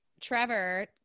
Trevor